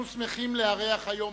אנחנו שמחים לארח היום